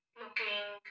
looking